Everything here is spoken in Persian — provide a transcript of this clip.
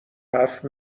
حرف